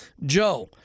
Joe